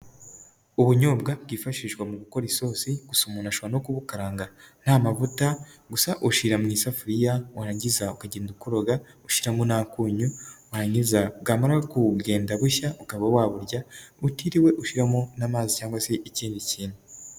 Ubunyobwa bwifashishwa mu gukora isosi, gusa umuntu ashobora no kubukaranga nta mavuta, gusa ushira mu isafuriya warangiza ukagenda ukoroga ushyiramo n'akunyu, warangiza bwamara kugenda bushya ukaba waburya, utiriwe ushyiramo n'amazi cyangwa se ikindi kintu.